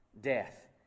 death